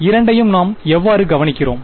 இரண்டையும் நாம் எவ்வாறு கவனிக்கிறோம்